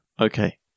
Okay